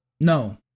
No